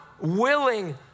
willing